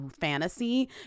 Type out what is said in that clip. fantasy